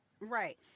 right